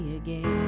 again